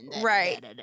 Right